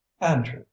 andrew